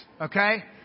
Okay